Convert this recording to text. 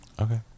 Okay